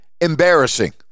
embarrassing